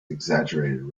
exaggerated